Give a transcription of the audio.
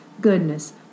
goodness